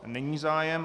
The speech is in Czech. Není zájem.